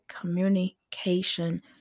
communication